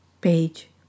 page